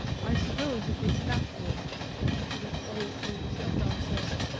i suppose it was natural that we should have all overslept ourselves,